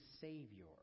Savior